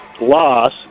loss